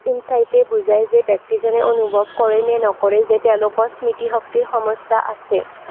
ইনচাইটে বুজায় যে ব্যক্তিজনে অনুভৱ কৰেনে নকৰে যে তেওঁলোকৰ স্মৃতিশক্তিৰ সমস্যা আছে